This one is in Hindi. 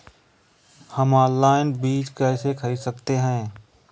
हम ऑनलाइन बीज कैसे खरीद सकते हैं?